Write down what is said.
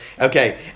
Okay